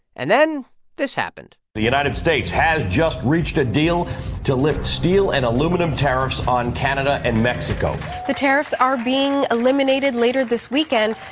and then this happened the united states has just reached a deal to lift steel and aluminum tariffs on canada and mexico the tariffs are being eliminated later this weekend,